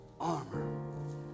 armor